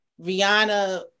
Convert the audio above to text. Rihanna